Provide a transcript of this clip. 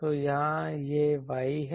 तो यहां यह Y है